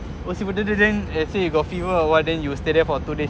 let's say you got fever or what then you stay there for two days